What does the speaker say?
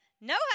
no